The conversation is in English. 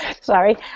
Sorry